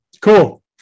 Cool